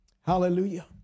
Hallelujah